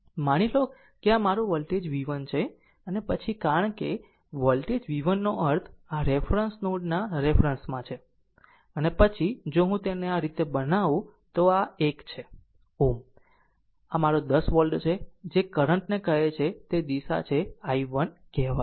માની લો કે આ મારું વોલ્ટેજ v 1 છે અને પછી કારણ કે વોલ્ટેજ v 1 નો અર્થ આ r રેફરન્સ નોડ ના રેફરન્સ માં છે અને પછી જો હું તેને આ રીતે બનાવું તો આ 1 છે Ω આ મારો 10 વોલ્ટ છે અને જે કરંટ ને કહે છે તે દિશા છે આ i1 કહેવાશે